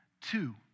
two